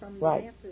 Right